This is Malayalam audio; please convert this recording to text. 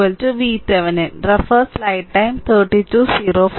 Voc VThevenin